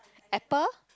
Apple